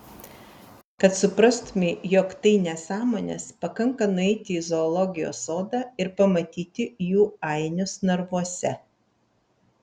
kad suprastumei jog tai nesąmonės pakanka nueiti į zoologijos sodą ir pamatyti jų ainius narvuose